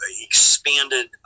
expanded